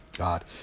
God